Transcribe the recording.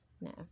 No